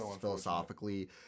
philosophically